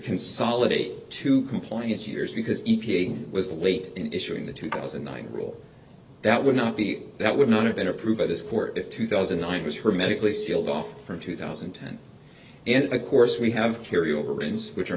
consolidate two compliant years because e p a was late in issuing the two thousand and one rule that would not be that would not have been approved by this court if two thousand and nine was hermetically sealed off from two thousand and ten and of course we have carryover ins which are